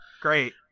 great